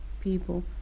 people